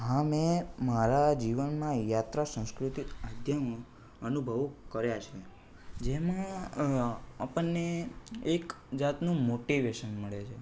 હા મેં મારા જીવનમાં યાત્રા સાંસ્કૃતિક માધ્યમો અનુભવો કર્યા છે જેમાં આપણને એક જાતનું મોટિવેસન મળે છે